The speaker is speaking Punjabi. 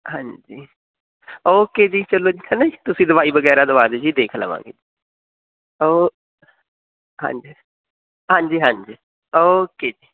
ਹਾਂਜੀ ਓਕੇ ਜੀ ਚੱਲੋ ਜੀ ਹੈ ਨਾ ਜੀ ਤੁਸੀਂ ਦਵਾਈ ਵਗੈਰਾ ਦਵਾ ਦਿਉ ਜੀ ਦੇਖ ਲਵਾਂਗੇ ਓ ਹਾਂਜੀ ਹਾਂਜੀ ਹਾਂਜੀ ਓਕੇ ਜੀ